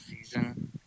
season